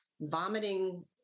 vomiting